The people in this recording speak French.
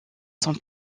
son